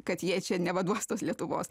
kad jie čia nevaduos tos lietuvos